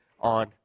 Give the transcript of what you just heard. on